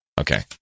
Okay